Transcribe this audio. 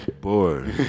boy